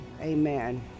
Amen